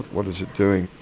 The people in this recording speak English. what is it doing.